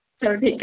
ਚਲੋ ਠੀਕ ਹੈ